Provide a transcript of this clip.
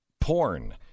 porn